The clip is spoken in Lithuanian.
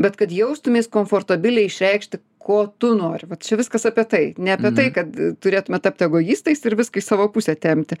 bet kad jaustumeis komfortabiliai išreikšti ko tu nori vat čia viskas apie tai ne apie tai kad turėtume tapti egoistais ir viską į savo pusę tempti